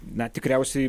na tikriausiai